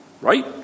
right